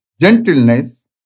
gentleness